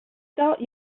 start